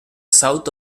south